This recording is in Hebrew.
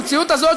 במציאות הזאת,